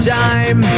time